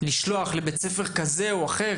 לשלוח לבית ספר כזה או אחר,